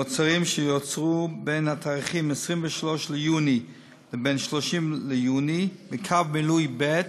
מוצרים שיוצרו בתאריכים 23 30 ביוני בקו מילוי ב',